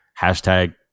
hashtag